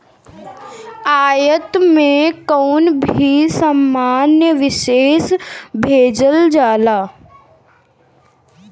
आयात में कवनो भी सामान विदेश भेजल जाला